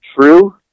true